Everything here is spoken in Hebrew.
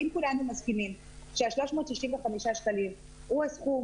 אם כולנו מסכימים ש-365 שקלים הוא הסכום